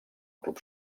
club